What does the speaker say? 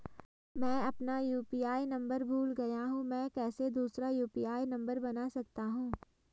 मैं अपना UPI number भूल गया हूँ मैं कैसे दूसरा यु.पी.आई नम्बर बना सकता हूँ?